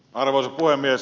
arvoisa puhemies